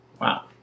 Wow